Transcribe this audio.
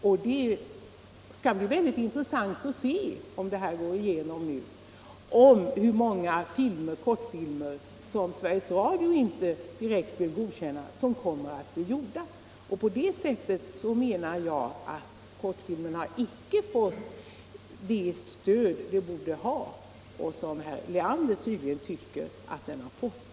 Om detta förslag går igenom, skall det bli väldigt intressant att se hur många kortfilmer som Sveriges Radio inte godkänner men som ändå kommer att bli till. Jag anser i motsats till herr Leander att kortfilmerna inte har fått det stöd som de borde ha fått.